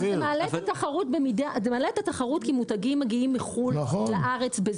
אתה מעלה את התחרות כי מותגים מגיעים מחו"ל לארץ בזול.